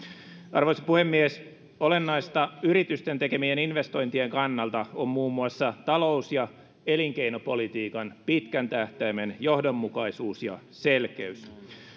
arvoisa puhemies olennaista yritysten tekemien investointien kannalta on muun muassa talous ja elinkeinopolitiikan pitkän tähtäimen johdonmukaisuus ja selkeys